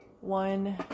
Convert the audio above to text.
one